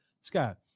Scott